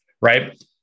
right